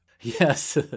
Yes